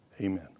Amen